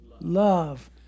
love